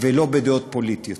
ולא בדעות פוליטיות.